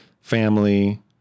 family